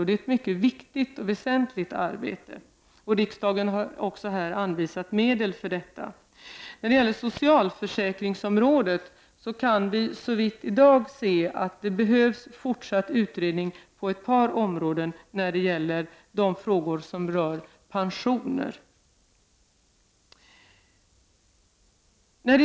Det är ett mycket viktigt och väsentligt arbete, och riksdagen har också anvisat medel för detta. När det gäller socialförsäkringsområdet kan vi i dag se att det behövs fortsatt utredning på ett par områden som rör pensioner.